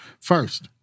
first